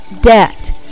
debt